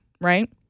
right